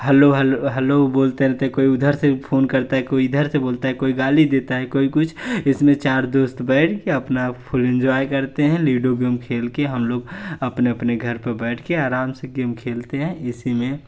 hello hello hello बोलते रहते हैं कोई उधर से फ़ोन करता है कोई इधर से बोलता है कोई गाली देता है कोई कुछ इसमें चार दोस्त बैठकर अपना फुल इंजॉय करते हैं लूडो गेम खेलकर हम लोग अपने अपने घर में बैठकर आराम से गेम खेलते हैं ए सी में